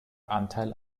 anteil